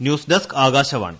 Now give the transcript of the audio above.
news desk Akashvani